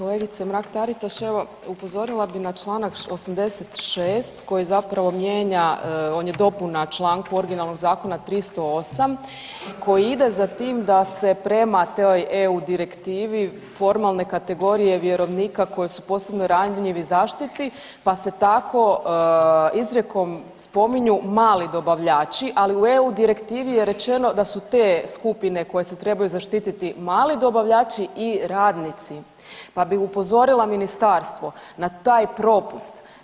Kolegice Mrak-Taritaš, evo upozorila bi na čl. 86. koji zapravo mijenja, on je dopuna članku originalnog zakona 308. koji ide za tim da se prema toj eu direktivi formalne kategorije vjerovnika koji su posebno ranjivi zaštiti, pa se tako izrjekom spominju mali dobavljači, ali u eu direktivi je rečeno da su te skupine koje se trebaju zaštititi mali dobavljači i radnici, pa bi upozorila ministarstvo na taj propust.